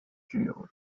具有